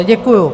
Děkuju.